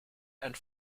and